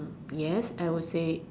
yes I would say